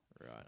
Right